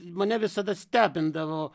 mane visada stebindavo